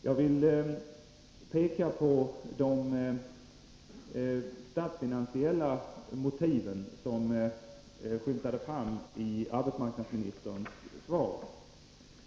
Jag vill peka på de statsfinansiella motiv som skymtade fram i arbetsmarknadsministerns svar.